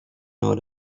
out